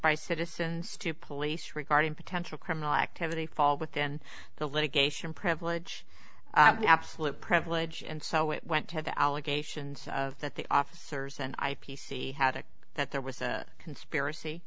by citizens to police regarding potential criminal activity fall within the litigation privilege absolute privilege and so it went to the allegations of that the officers and i p c had it that there was a conspiracy